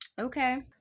Okay